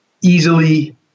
easily